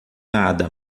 nada